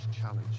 Challenge